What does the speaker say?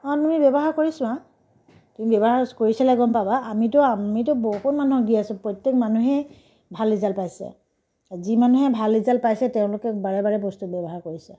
অঁ তুমি ব্যৱহাৰ কৰি চোৱা তুমি ব্যৱহাৰ কৰি চালে গম পাবা আমিতো আমিতো বহুত মানুহক দি আছো প্ৰত্যেক মানুহেই ভাল ৰিজাল্ট পাইছে যি মানুহে ভাল ৰিজাল্ট পাইছে তেওঁলোকে বাৰে বাৰে বস্তু ব্যৱহাৰ কৰিছে